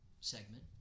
segment